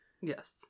Yes